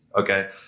Okay